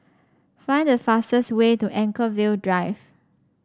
find the fastest way to Anchorvale Drive